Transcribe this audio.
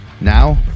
Now